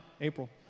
April